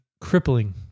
crippling